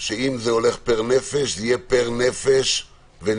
שאם זה הולך פר נפש, זה יהיה פר נפש ונפש.